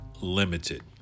limited